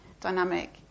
dynamic